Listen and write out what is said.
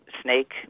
snake